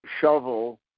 shovel